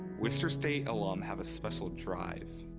worcester state alum have a special drive,